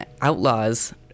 outlaws